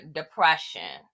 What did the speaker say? depression